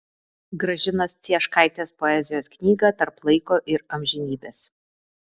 gražinos cieškaitės poezijos knygą tarp laiko ir amžinybės